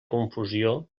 confusió